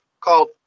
called